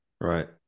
Right